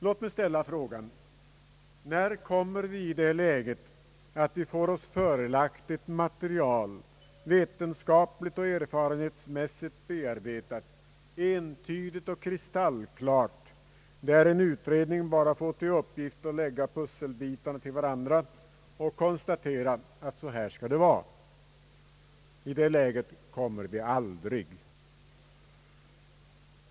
Låt mig ställa frågan: När kommer vi i det läget att vi får oss förelagt ett material, vetenskapligt och erfarenhetsmässigt bearbetat, entydigt och kristallklart, där en utredning bara får till uppgift att lägga pusselbitarna till varandra och konstatera att så skall det vara. I det läget kommer vi aldrig.